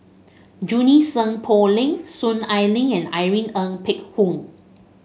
Junie Sng Poh Leng Soon Ai Ling and Irene Ng Phek Hoong